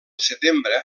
setembre